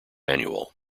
annual